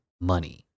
money